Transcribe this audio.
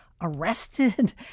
arrested